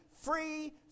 free